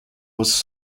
was